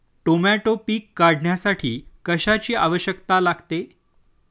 Tomato पीक काढण्यासाठी कशाची आवश्यकता लागते?